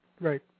Right